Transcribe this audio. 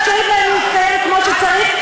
לא מאפשרים להם להתקיים כמו שצריך,